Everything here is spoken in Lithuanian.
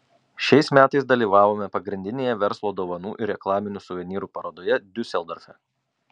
šiais metais dalyvavome pagrindinėje verslo dovanų ir reklaminių suvenyrų parodoje diuseldorfe